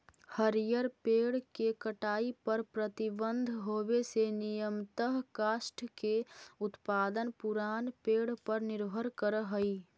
हरिअर पेड़ के कटाई पर प्रतिबन्ध होवे से नियमतः काष्ठ के उत्पादन पुरान पेड़ पर निर्भर करऽ हई